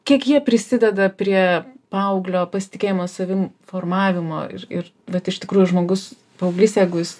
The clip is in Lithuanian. kiek jie prisideda prie paauglio pasitikėjimo savim formavimo ir ir bet iš tikrųjų žmogus paauglys jeigu jis